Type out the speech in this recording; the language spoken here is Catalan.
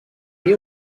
viu